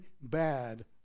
bad